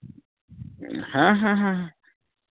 ᱦᱮᱸ ᱦᱮᱸ